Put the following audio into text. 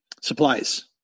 supplies